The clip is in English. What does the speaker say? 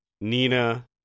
Nina